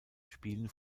spielen